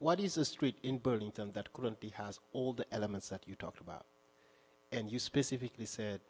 what is a street in burlington that couldn't be has all the elements that you talked about and you specifically said